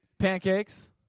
Pancakes